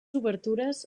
obertures